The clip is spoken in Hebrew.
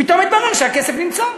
פתאום מתברר שהכסף נמצא.